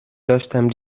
داشتم